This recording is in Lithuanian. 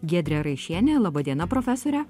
giedre raišiene laba diena profesore